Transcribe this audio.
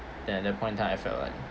then at that point of time I felt like